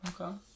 Okay